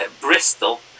Bristol